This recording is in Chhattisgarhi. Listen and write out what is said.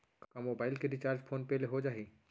का मोबाइल के रिचार्ज फोन पे ले हो जाही?